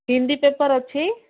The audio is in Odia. ହିନ୍ଦୀ ପେପର୍ ଅଛି